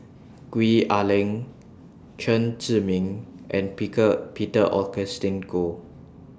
Gwee Ah Leng Chen Zhiming and Peter Augustine Goh